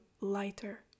lighter